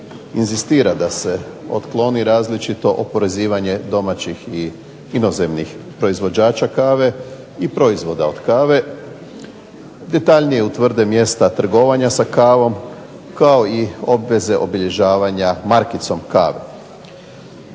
inzistira da se otkloni različito oporezivanje domaćih i inozemnih proizvođača kave i proizvoda kave, detaljnije utvrde mjesta trgovanja sa kavom, kao i obveze obilježavanja markicom kave.